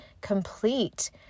complete